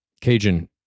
Cajun